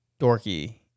dorky